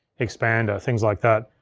expander, things like that.